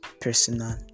personal